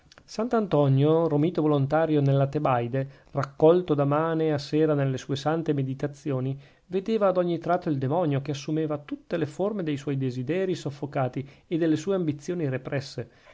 sant'antonio romito volontario nella tebaide raccolto da mane a sera nelle sue sante meditazioni vedeva ad ogni tratto il demonio che assumeva tutte le forme de suoi desiderii soffocati e delle sue ambizioni represse